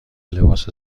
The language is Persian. لباس